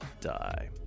Die